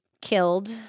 killed